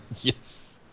Yes